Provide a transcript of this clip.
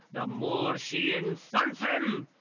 the more she insults him!